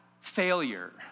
failure